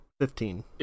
Fifteen